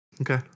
Okay